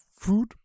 food